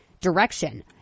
direction